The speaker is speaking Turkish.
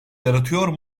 yaratıyor